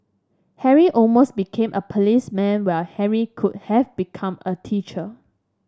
Harry almost became a policeman while Henry could have become a teacher